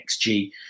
XG